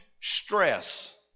Stress